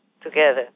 together